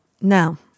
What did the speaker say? Now